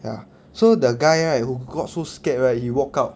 ya so the guy right who got so scared right he walked out